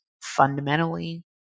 fundamentally